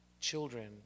children